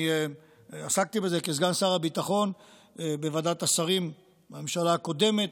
אני עסקתי בזה כסגן שר הביטחון בוועדת השרים בממשלה הקודמת,